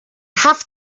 have